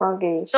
Okay